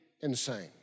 insane